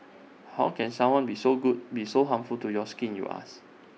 how can someone be so good be so harmful to your skin you ask